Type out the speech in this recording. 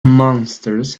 monsters